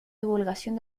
divulgación